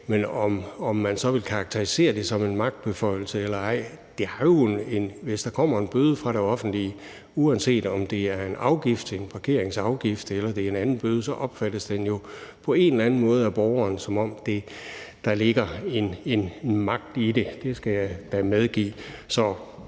Men om man så vil karakterisere det som en magtbeføjelse eller ej, ved jeg ikke. Hvis der kommer en bøde fra det offentlige, uanset om det er en afgift, en parkeringsafgift eller en anden bøde, opfattes det jo på en eller anden måde af borgeren, som om der ligger en magt i det. Det skal jeg da medgive.